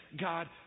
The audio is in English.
God